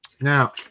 Now